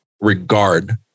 regard